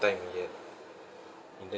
time yet and then